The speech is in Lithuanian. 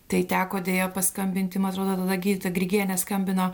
tai teko deja paskambinti man atrodo tada gydytoja grigienė skambino